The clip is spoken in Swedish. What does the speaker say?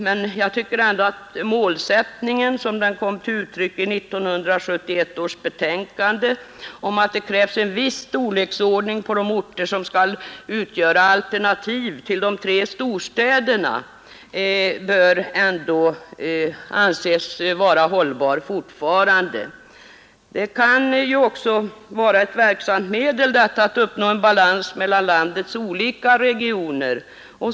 Men jag tycker ändå att målsättningen, som den kom till uttryck i 1971 års betänkande, att det krävs en viss storleksordning på de orter som skall utgöra alternativ till de tre storstäderna, bör anses gälla fortfarande. Det kan också vara ett verksamt medel att uppnå en bättre balans mellan landets olika regioner.